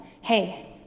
Hey